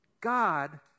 God